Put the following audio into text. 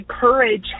courage